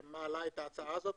שמעלה את ההצעה הזו,